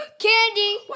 Candy